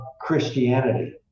christianity